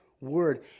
word